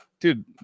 dude